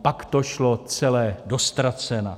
Pak to šlo celé do ztracena.